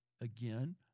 Again